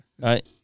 Right